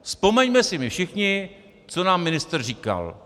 Vzpomeňme si my všichni, co nám ministr říkal.